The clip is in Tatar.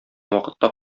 вакытта